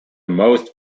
most